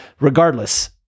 Regardless